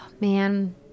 man